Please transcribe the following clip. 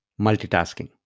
Multitasking